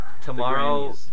tomorrow